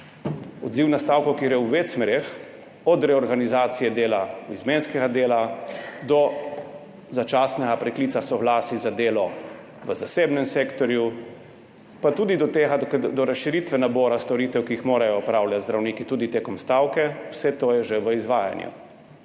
odziv na stavko, ki gre v več smereh, od reorganizacije dela, izmenskega dela do začasnega preklica soglasij za delo v zasebnem sektorju, pa tudi do razširitve nabora storitev, ki jih morajo opravljati zdravniki tudi tekom stavke, vse to je že v izvajanju.